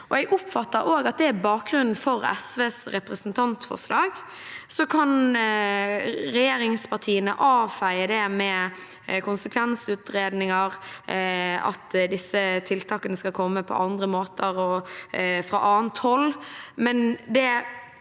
Jeg oppfatter også at det er bakgrunnen for SVs representantforslag. Så kan regjeringspartiene avfeie det med konsekvensutredninger, at disse tiltakene skal komme på andre måter og fra annet hold,